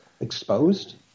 exposed